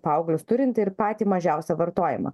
paauglius turinti ir patį mažiausią vartojimą